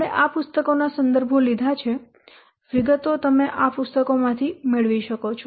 આપણે આ પુસ્તકોનાં સંદર્ભો લીધા છે વિગતો તમે આ પુસ્તકોમાં મેળવી શકો છો